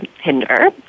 hinder